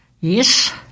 yes